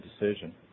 decision